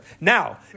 Now